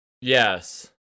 Yes